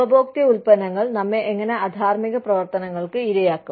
ഉപഭോക്തൃ ഉൽപന്നങ്ങൾ നമ്മെ എങ്ങനെ അധാർമ്മിക പ്രവർത്തനങ്ങൾക്ക് ഇരയാക്കും